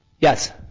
Yes